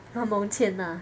Mong Qian lah